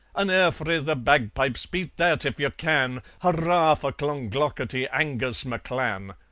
an air fra' the bagpipes beat that if ye can! hurrah for clonglocketty angus mcclan!